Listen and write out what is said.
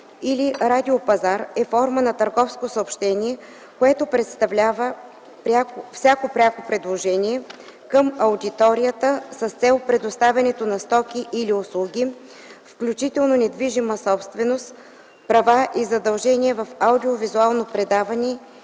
пазар или радиопазар е форма на търговско съобщение, което представлява всяко пряко предложение към аудиторията с цел предоставянето на стоки или услуги, включително недвижима собственост, права и задължения в аудио-визуално предаване